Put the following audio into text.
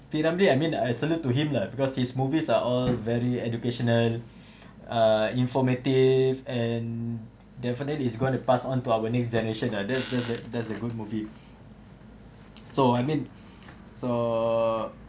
p ramlee I mean I salute to him lah because his movies are all very educational uh informative and definitely is going to pass on to our next generation lah that's that's that's that's a good movie so I mean so